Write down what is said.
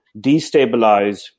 destabilize